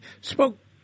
spoke